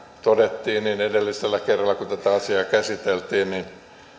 todettiin niin edellisellä kerralla kun tätä asiaa käsiteltiin